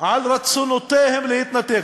על רצונם להתנתק,